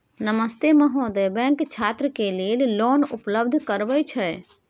नमस्ते महोदय, बैंक छात्र के लेल लोन उपलब्ध करबे छै?